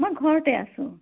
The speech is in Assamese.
মই ঘৰতে আছোঁ